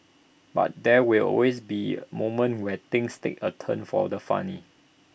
but there will always be moments where things take A turn for the funny